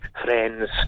friends